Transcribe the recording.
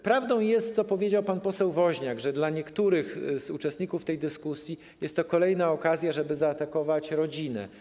Prawdą jest to, co powiedział pan poseł Woźniak, że dla niektórych uczestników tej dyskusji jest to kolejna okazja do tego, żeby zaatakować rodzinę.